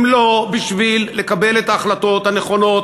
אם לא בשביל לקבל את ההחלטות הנכונות,